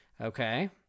Okay